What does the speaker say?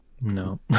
no